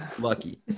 lucky